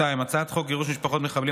הצעת חוק גירוש משפחות מחבלים,